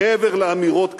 מעבר לאמירות כלליות.